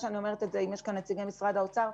אם יש כאן נציגי משרד האוצר,